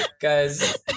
Guys